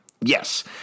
Yes